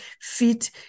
fit